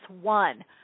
one